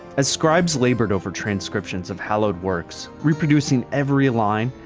as scribes labored over transcriptions of hallowed works, reproducing every line,